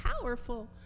powerful